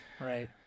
right